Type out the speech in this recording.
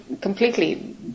completely